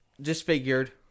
Disfigured